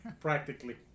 Practically